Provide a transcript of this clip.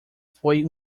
foi